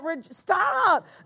Stop